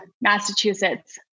Massachusetts